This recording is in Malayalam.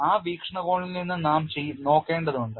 ആ വീക്ഷണകോണിൽ നിന്ന് നാം നോക്കേണ്ടതുണ്ട്